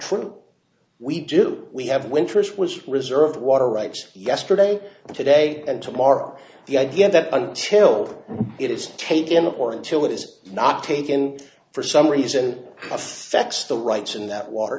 true we do we have winters was reserved water rights yesterday and today and tomorrow the idea that until it is taken or until it is not taken for some reason affects the rights in that wa